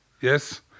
Yes